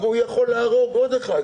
הרי הוא יכול להרוג עוד אחד.